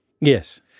Yes